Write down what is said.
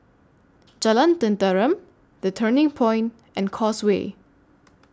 Jalan Tenteram The Turning Point and Causeway